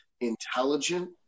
intelligent